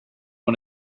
one